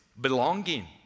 belonging